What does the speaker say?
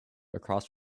across